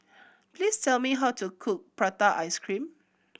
please tell me how to cook prata ice cream